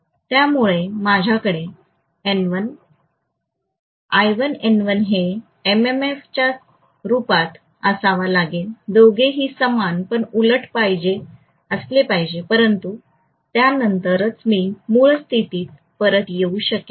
त्यामुळे माझ्याकडे हे एमएमएफ रुपात असावा लागेल दोघेही समान पण उलट असले पाहिजेत परंतु त्या नंतरच मी मूळ स्थितीत परत येऊ शकेल